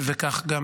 וכך גם,